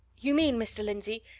you mean, mr. lindsey,